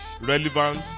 Relevant